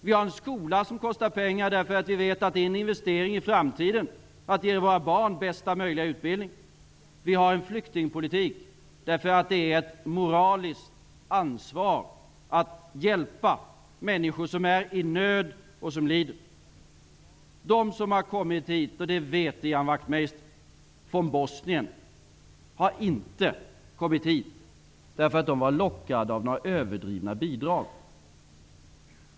Vi har en skola som kostar pengar, för vi vet att det är en investering i framtiden att ge våra barn bästa möjliga utbildning. Vi har en flyktingpolitik därför att det är ett moraliskt ansvar att hjälpa människor som är i nöd och som lider. De som har kommit hit från Bosnien, det vet Ian Wachtmeister, har inte kommit hit därför att de var lockade av några överdrivna bidrag.